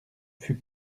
fut